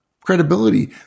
credibility